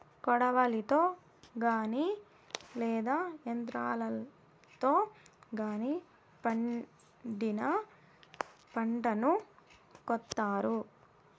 కొడవలితో గానీ లేదా యంత్రాలతో గానీ పండిన పంటను కోత్తారు